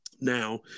now